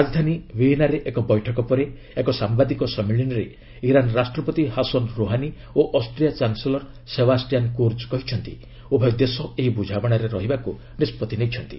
ରାଜଧାନୀ ବିଏନାରେ ଏକ ବୈଠକ ପରେ ଏକ ସାମ୍ଭାଦିକ ସମ୍ମିଳନୀରେ ଇରାନ୍ ରାଷ୍ଟ୍ରପତି ହାସନ୍ ରୋହାନୀ ଓ ଅଷ୍ଟ୍ରିଆ ଚାନ୍ସେଲର୍ ସେବାଷ୍ଟିଆନ୍ କୁର୍ଜ କହିଛନ୍ତି ଉଭୟ ଦେଶ ଏହି ବୁଝାମଣାରେ ରହିବାକୁ ନିଷ୍ପଭି ନେଇଛନ୍ତି